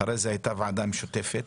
אחרי זה הייתה ועדה משותפת.